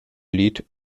lied